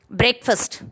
breakfast